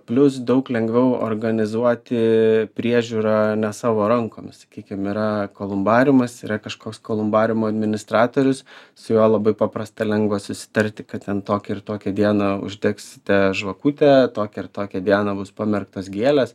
plius daug lengviau organizuoti priežiūrą ne savo rankom sakykim yra kolumbariumas yra kažkoks kolumbariumo administratorius su juo labai paprasta lengva susitarti kad ten tokį ir tokią dieną uždegsite žvakutę tokią ir tokią dieną bus pamerktos gėlės